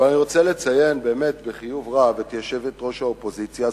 אבל אני רוצה לציין באמת בחיוב רב את יושבת-ראש האופוזיציה,